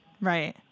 right